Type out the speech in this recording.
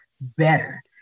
better